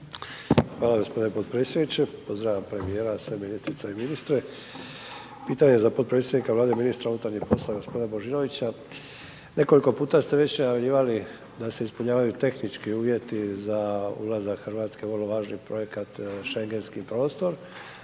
Hvala g. potpredsjedniče. Pozdravljam premijera, sve ministrice i ministre. Pitanje za potpredsjednika Vlade ministra g. Božinovića. Nekoliko puta ste već najavljivali da se ispunjavaju tehnički uvjeti za ulazak Hrvatske u vrlo važan projekat schengenski prostor